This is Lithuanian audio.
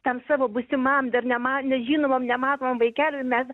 tam savo būsimam dar nema nežinomam nematomam vaikeliui mes